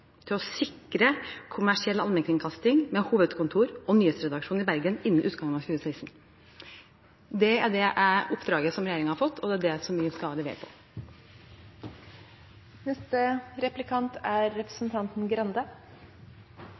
til å sikre kommersiell allmennkringkasting med hovedkontor og nyhetsredaksjon i Bergen innen utgangen av 2016.» Det er det oppdraget som regjeringen har fått, og det er det vi skal levere på.